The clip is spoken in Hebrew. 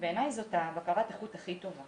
בעיניי זו בקרת איכות הכי טובה.